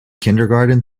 kindergarten